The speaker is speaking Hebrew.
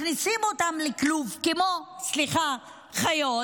מכניסים אותם לכלוב, סליחה, כמו חיות,